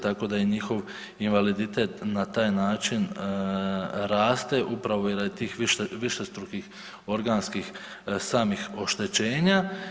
Tako da je njihov invaliditet na taj način raste upravo i radi tih višestrukih organskih samih oštećenja.